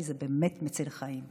כי זה באמת מציל חיים.